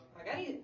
magari